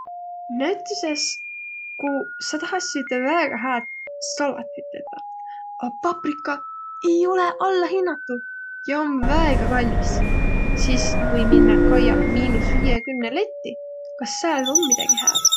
Näütüses, ku sa tahassi ütte väega hääd salatit tetäq, a paprika ei olõq alla hinnatu ja om väega kallis, sis või minnäq kaiaq miinus viiekümne letti, kas sääl om midägi hääd.